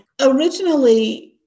Originally